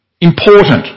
important